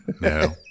No